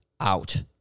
out